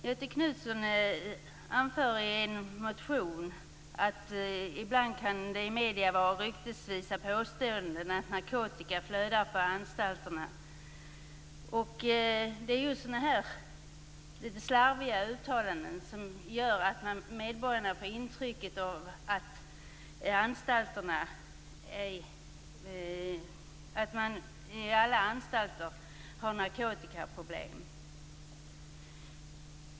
Göthe Knutson anför i en motion att det ibland i medierna kan förekomma ryktesvisa påståenden om att narkotika flödar på anstalterna. Det är sådana litet slarviga uttalanden som gör att medborgarna får intryck av att man på alla anstalter har narkotikaproblem.